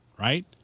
right